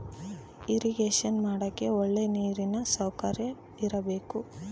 irrigation ಮಾಡಕ್ಕೆ ಒಳ್ಳೆ ನೀರಿನ ಸೌಕರ್ಯ ಇರಬೇಕು